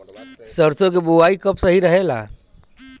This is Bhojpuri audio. सरसों क बुवाई कब सही रहेला?